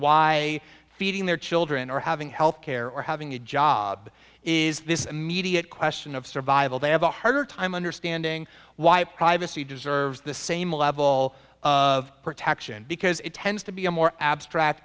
why feeding their children or having health care or having a job is this immediate question of survival they have a harder time understanding why privacy deserves the same level of protection because it tends to be a more abstract